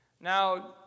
Now